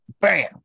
bam